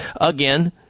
again